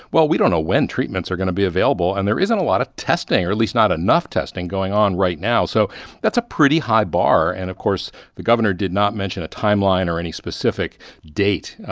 well, we don't know when treatments are going to be available, and there isn't a lot of testing or at least not enough testing going on right now, so that's a pretty high bar. and of course, the governor did not mention a timeline or any specific date,